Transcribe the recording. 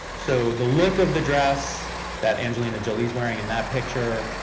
so the look of the dress that angelina jolie's wearing in that picture,